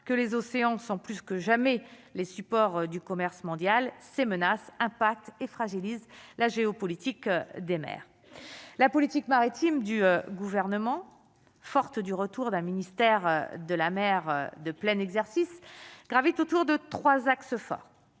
que les océans sont plus que jamais les supports du commerce mondial, ces menaces à et fragilise la géopolitique des maires la politique maritime du gouvernement forte du retour d'un ministère de la mer de plein exercice, gravitent autour de 3 axes forts